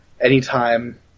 anytime